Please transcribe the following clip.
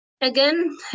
Again